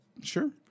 Sure